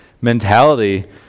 mentality